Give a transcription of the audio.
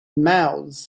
mouths